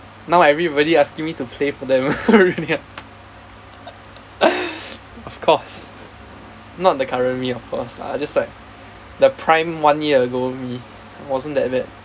now everybody asking me to play for them of course not the current me of course lah just like the prime one year ago me wasn't that bad